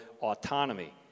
autonomy